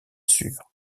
sûr